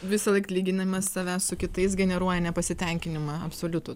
visąlaik lyginimas savęs su kitais generuoja nepasitenkinimą absoliutų